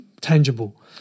tangible